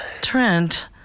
Trent